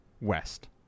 West